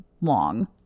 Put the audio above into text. long